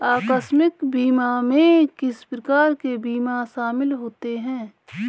आकस्मिक बीमा में किस प्रकार के बीमा शामिल होते हैं?